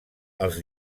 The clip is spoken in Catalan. als